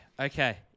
okay